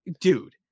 Dude